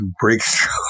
breakthrough